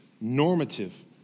normative